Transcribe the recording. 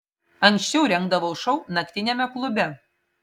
anksčiau rengdavau šou naktiniame klube